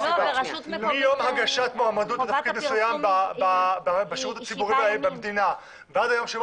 פשוט מיום הגשת מועמדות לתפקיד מסוים בשירות הציבורי במדינה ועד היום שבו